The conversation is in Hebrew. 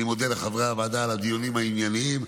אני מודה לחברי הוועדה על הדיונים הענייניים.